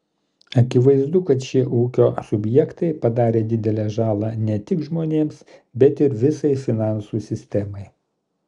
akivaizdu kad šie ūkio subjektai padarė didelę žalą ne tik žmonėms bet ir visai finansų sistemai